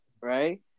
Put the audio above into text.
right